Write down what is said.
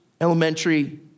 elementary